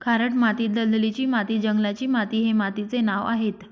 खारट माती, दलदलीची माती, जंगलाची माती हे मातीचे नावं आहेत